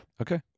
Okay